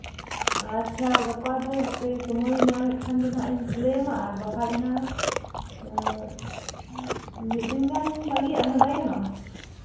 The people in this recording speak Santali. ᱟᱪᱪᱷᱟ ᱜᱟᱯᱟ ᱫᱚ ᱦᱟᱯᱮ ᱥᱚᱢᱚᱭ ᱤᱧ ᱧᱟᱢᱮᱫ ᱠᱷᱟᱱ ᱫᱚ ᱦᱟᱸᱜ ᱤᱧ ᱥᱤᱞᱟᱹᱭ ᱟᱢᱟ ᱟᱨ ᱵᱟᱠᱷᱟᱱ ᱦᱟᱸᱜ ᱢᱤᱫ ᱫᱤᱱ ᱜᱟᱱ ᱵᱟᱹᱜᱤᱭᱟᱜ ᱢᱮ ᱵᱟᱭ ᱜᱟᱱᱚᱜᱼᱟ